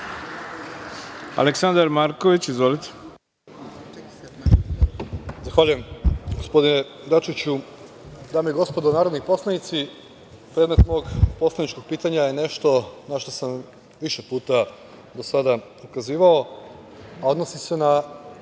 Aleksandar Marković. Izvolite.